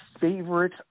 favorite